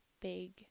big